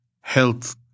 health